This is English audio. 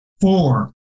Four